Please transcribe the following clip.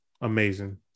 Amazing